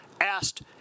asked